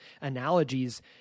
analogies